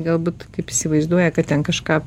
galbūt kaip įsivaizduoja kad ten kažką